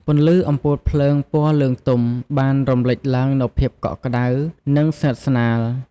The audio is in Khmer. ពន្លឺអំពូលភ្លើងពណ៌លឿងទុំ បានរំលេចឡើងនូវភាពកក់ក្តៅ និងស្និទ្ធស្នាល។